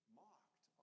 mocked